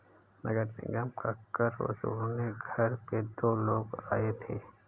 नगर निगम का कर वसूलने घर पे दो लोग आए थे